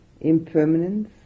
impermanence